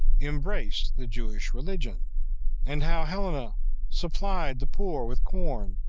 embraced the jewish religion and how helena supplied the poor with corn,